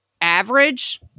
average